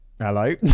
hello